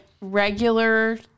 regular